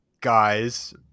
guys